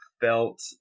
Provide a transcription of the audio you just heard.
felt